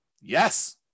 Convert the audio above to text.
yes